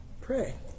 pray